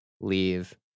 Leave